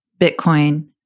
Bitcoin